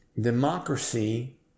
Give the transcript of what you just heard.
democracy